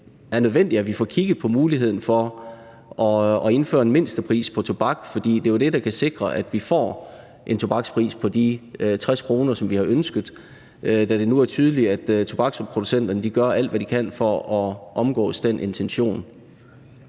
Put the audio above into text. det er nødvendigt, at vi får kigget på muligheden for at indføre en mindstepris på tobak, fordi det jo er det, der kan sikre, at vi får en tobakspris på de 60 kr., som vi har ønsket, da det nu er tydeligt, at tobaksproducenterne gør alt, hvad de kan, for at omgå den intention.